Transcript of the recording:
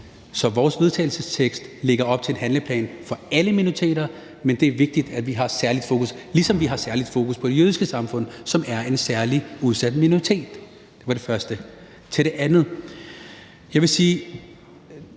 Så vores vedtagelsestekst lægger op til en handleplan for alle minoriteter, men det er vigtigt, at vi har et særligt fokus her, ligesom vi har et særligt fokus på det jødiske samfund, som er en særligt udsat minoritet. Det var det første. Til det andet vil jeg sige: